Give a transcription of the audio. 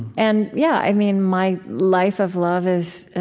and, yeah, i mean, my life of love is,